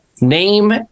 name